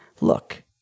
look